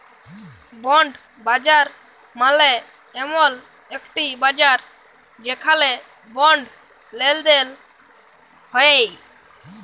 bond বাজার মালে এমল একটি বাজার যেখালে বন্ড লেলদেল হ্য়েয়